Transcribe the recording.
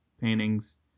paintings